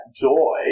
joy